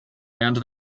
and